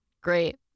great